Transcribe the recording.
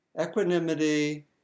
Equanimity